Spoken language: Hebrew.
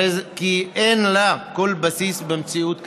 הרי שאין לה כל ביסוס במציאות כיום.